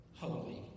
holy